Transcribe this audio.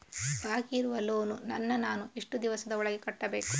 ಬಾಕಿ ಇರುವ ಲೋನ್ ನನ್ನ ನಾನು ಎಷ್ಟು ದಿವಸದ ಒಳಗೆ ಕಟ್ಟಬೇಕು?